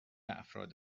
افراد